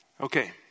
Okay